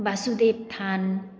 Basudev থান